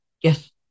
Yes